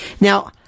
Now